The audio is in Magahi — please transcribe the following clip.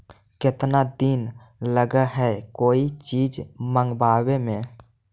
केतना दिन लगहइ कोई चीज मँगवावे में?